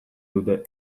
dute